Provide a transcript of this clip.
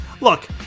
Look